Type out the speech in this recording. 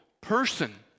person